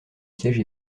siège